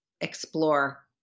explore